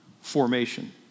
formation